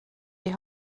die